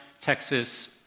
Texas